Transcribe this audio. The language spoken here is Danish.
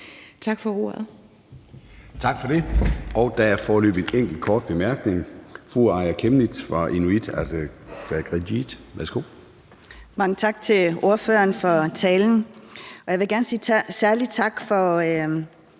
Tak for ordet.